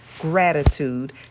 gratitude